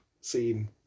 scene